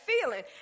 feeling